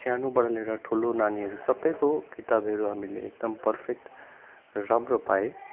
सानोबाट लिएर ठुलो नानीहरू सबैको किताबहरू हामीले एकदम पर्फेक्ट राम्रो पाएँ